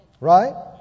right